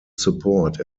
support